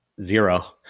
zero